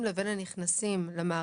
נכון.